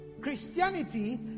Christianity